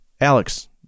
Alex